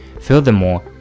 Furthermore